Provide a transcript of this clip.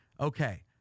Okay